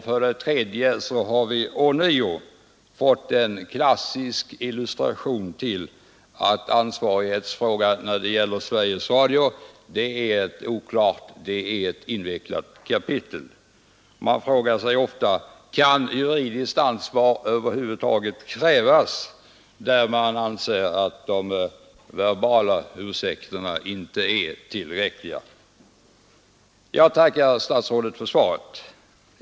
För det tredje har vi ånyo fått en klassisk illustration till att ansvarighetsfrågan när det gäller Sveriges Radio är ett oklart och invecklat kapitel. Man frågar sig ofta: Skall juridiskt ansvar över huvud taget krävas där man anser att de verbala ursäkterna inte är tillräckliga? Jag tackar statsrådet för svaret.